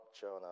Jonah